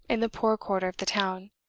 in the poor quarter of the town.